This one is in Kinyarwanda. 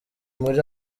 muri